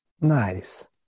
Nice